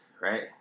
Right